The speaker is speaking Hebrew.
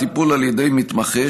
הטיפול על ידי מתמחה,